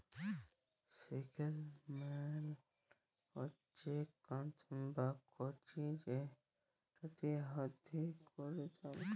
sickle মালে হচ্যে কাস্তে বা কাঁচি যেটাতে হাতে ক্যরে ধাল কাটে